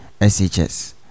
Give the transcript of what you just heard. shs